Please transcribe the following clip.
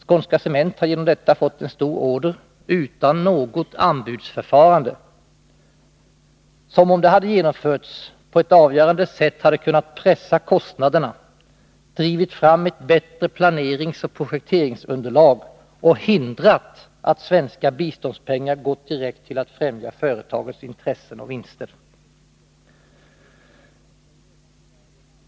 Skånska Cement har genom detta fått en stor order utan något anbudsförfarande, som, om det genomförts, på ett avgörande sätt hade kunnat pressa kostnaderna, driva fram ett bättre planeringsoch projekteringsunderlag och hindra att svenska biståndspengar går direkt till att främja företagets intressen och vinster.